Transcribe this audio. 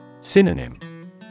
Synonym